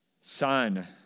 son